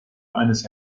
eines